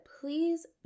please